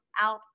out